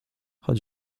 choć